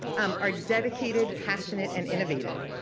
um are dedicated, passionate, and innovative.